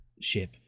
ship